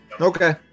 Okay